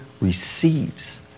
receives